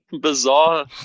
bizarre